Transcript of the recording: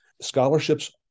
scholarships